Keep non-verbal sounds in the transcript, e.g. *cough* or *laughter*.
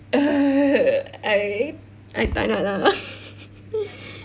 ugh I I tak nak lah *laughs*